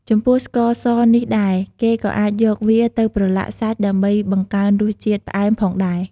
ចំពោះស្ករសនេះដែរ គេក៏អាចយកវាទៅប្រឡាក់សាច់ដើម្បីបង្កើនរសជាតិផ្អែមផងដែរ។